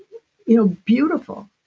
you know beautiful